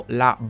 la